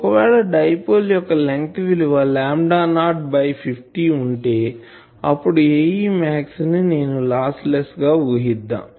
ఒకవేళ డైపోల్ యొక్క లెంగ్త్ విలువ లాంబ్డా నాట్ బై 50 ఉంటే అప్పుడు Ae max ని నేను లాస్ లెస్ గా ఊహిద్దాం